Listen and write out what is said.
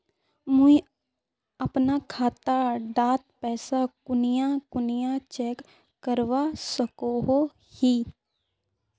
मुई अपना खाता डात पैसा कुनियाँ कुनियाँ चेक करवा सकोहो ही?